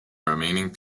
remaining